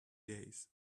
days